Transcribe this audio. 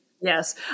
Yes